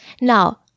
Now